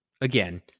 again